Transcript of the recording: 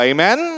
Amen